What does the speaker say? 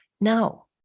No